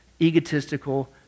egotistical